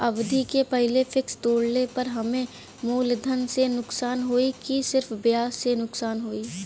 अवधि के पहिले फिक्स तोड़ले पर हम्मे मुलधन से नुकसान होयी की सिर्फ ब्याज से नुकसान होयी?